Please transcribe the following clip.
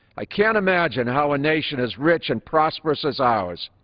i can't imagine how a nation as rich and prosperous as ours